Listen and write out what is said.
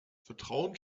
vertrauen